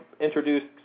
introduced –